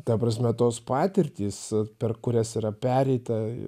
ta prasme tos patirtys per kurias yra pereita